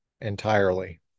entirely